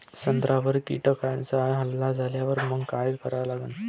संत्र्यावर किड्यांचा हल्ला झाल्यावर मंग काय करा लागन?